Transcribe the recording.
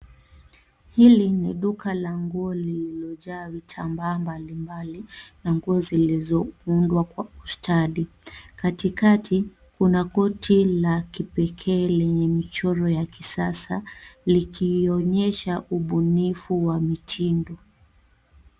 Hili ni duka la nguo lililojaa vitambaa mbalimbali na nguo zilizoundwa kwa ustadi. Katikati kuna koti la kipekee lenye mchoro ya kisasa, likionyesha ubunifu wa mitindo.